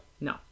No